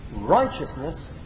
righteousness